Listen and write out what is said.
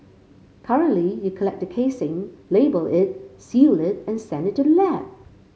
currently you collect the casing label it seal it and send it to the lab